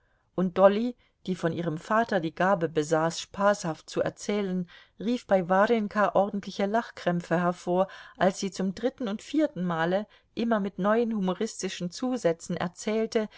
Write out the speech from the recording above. und dolly die von ihrem vater die gabe besaß spaßhaft zu erzählen rief bei warjenka ordentliche lachkrämpfe hervor als sie zum dritten und vierten male immer mit neuen humoristischen zusätzen erzählte